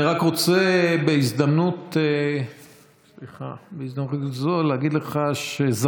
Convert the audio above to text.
אני רק רוצה לומר בהזדמנות זו שזכיתי,